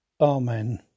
Amen